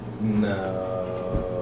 No